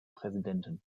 präsidenten